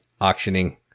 auctioning